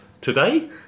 today